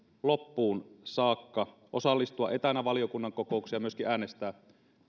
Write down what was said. loppuun saakka osallistua etänä valiokunnan kokouksiin ja myöskin äänestää